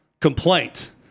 complaint